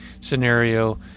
scenario